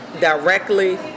directly